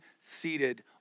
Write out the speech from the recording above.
seated